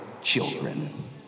children